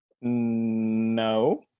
No